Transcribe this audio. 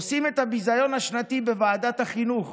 עושים את הביזיון השנתי בוועדת החינוך